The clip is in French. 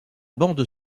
bande